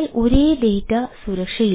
അതിനാൽ ഒരേ ഡാറ്റ